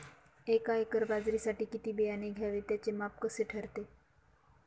एका एकर बाजरीसाठी किती बियाणे घ्यावे? त्याचे माप कसे ठरते?